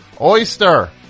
Oyster